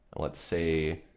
lets' say.